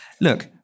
look